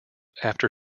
after